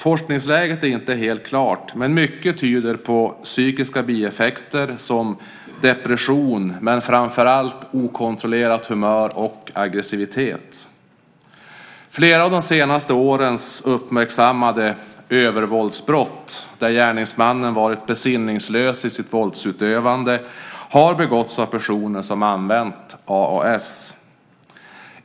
Forskningsläget är inte helt klart, men mycket tyder på att de ger psykiska bieffekter som depression men framför allt okontrollerat humör och aggressivitet. Flera av de senaste årens uppmärksammade övervåldsbrott, där gärningsmannen varit besinningslös i sitt våldsutövande, har begåtts av personer som använt AAS.